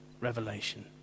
Revelation